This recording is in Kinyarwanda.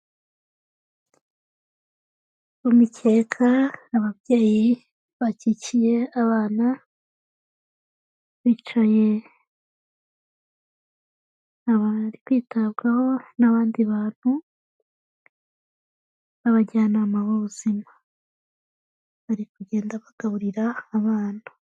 Umukeka, ababyeyi bakikiye abana, bicaye bari kwitabwaho n'abandi bantu, b'abajyanama b'ubuzima, bari kugenda bagaburira abana.